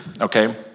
okay